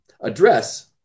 address